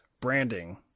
branding